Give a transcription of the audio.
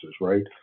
right